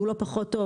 שהוא לא פחות טוב,